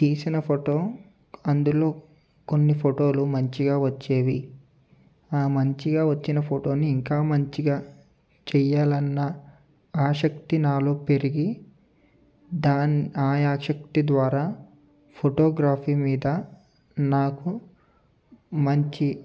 తీసిన ఫోటో అందులో కొన్ని ఫోటోలు మంచిగా వచ్చేవి ఆ మంచిగా వచ్చిన ఫోటోని ఇంకా మంచిగా చెయ్యాలన్నా ఆసక్తి నాలో పెరిగి దాని ఆయా శక్తి ద్వారా ఫోటోగ్రఫీ మీద నాకు మంచి